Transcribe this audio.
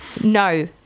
No